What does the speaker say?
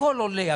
הכול עולה.